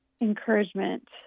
encouragement